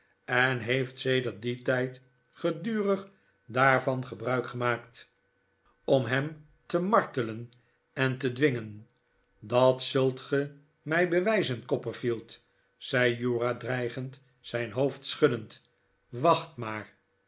en heeft sedert dien tijd gedurigi daarvan gebruik gemaakt om hem te martelen en te dwingen dat zult ge mij bewijzen copperfield zei uriah dreigend zijn hoofd schuddend wacht maar